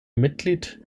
mitglied